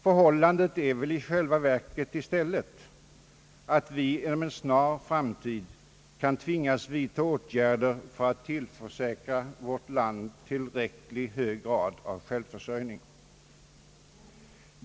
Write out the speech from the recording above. Förhållandet är väl därför i själva verket att vi inom en snar framtid kan tvingas vidta åtgärder för att tillförsäkra vårt land en tillräckligt hög grad av självförsörjning.